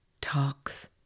talks